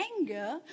anger